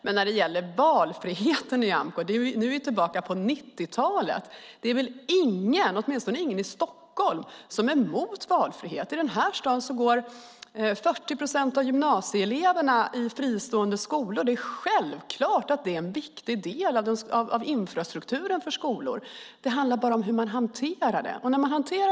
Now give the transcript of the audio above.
Men när det gäller valfriheten, Nyamko, är ni tillbaka i 90-talet. Det är väl ingen, åtminstone ingen i Stockholm, som är emot valfrihet. I den här staden går 40 procent av gymnasieeleverna i fristående skolor. Det är självklart att de är en viktig del av infrastrukturen för skolor. Det handlar bara om hur man hanterar det.